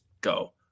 go